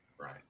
right